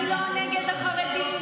אני לא נגד החרדים,